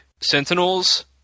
sentinels